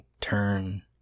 turn